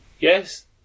Yes